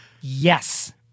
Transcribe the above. Yes